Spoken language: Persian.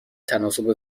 تناسب